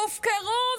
הופקרו,